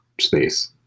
space